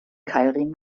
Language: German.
keilriemen